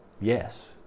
Yes